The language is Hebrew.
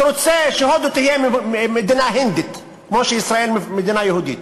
שרוצה שהודו תהיה מדינת הינדית כמו שישראל מדינה יהודית.